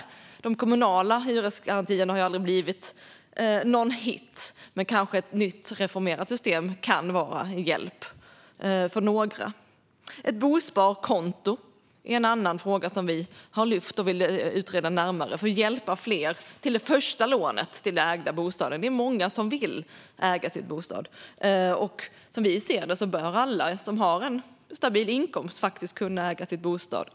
De kommunala hyresgarantierna har ju aldrig blivit någon hit, men kanske ett nytt, reformerat system kan vara till hjälp för några. Ett bosparkonto är en annan fråga som vi har lyft och som vi vill utreda närmare, detta för att hjälpa fler till det första lånet till den ägda bostaden. Det är många som vill äga sin bostad, och som vi ser det bör alla som vill det och som har en stabil inkomst faktiskt kunna äga sin bostad.